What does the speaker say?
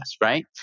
Right